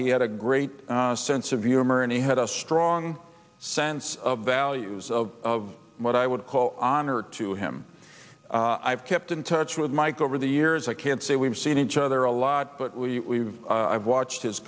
he had a great sense of humor and he had a strong sense of values of what i would call honor to him i've kept in touch with mike over the years i can't say we've seen each other a lot but we i've watched his